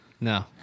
No